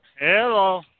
Hello